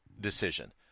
decision